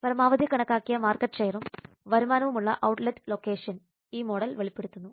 പരമാവധി കണക്കാക്കിയ മാർക്കറ്റ് ഷെയറും വരുമാനവുമുള്ള ഔട്ട്ലെറ്റ് ലൊക്കേഷൻ ഈ മോഡൽ വെളിപ്പെടുത്തുന്നു